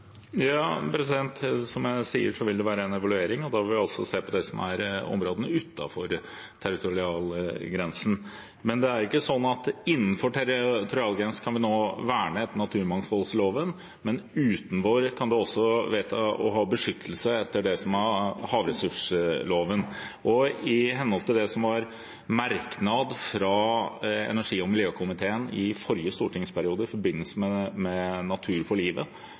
Som jeg sier, vil det være en evaluering, og da vil vi se på områdene utenfor territorialgrensen. Men det er ikke sånn at vi innenfor territorialgrensen nå kan verne etter naturmangfoldloven, men utenfor kan vedta å ha beskyttelse etter havressursloven. I henhold til en merknad fra energi- og miljøkomiteen i forrige stortingsperiode i forbindelse med Natur for livet